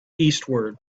eastward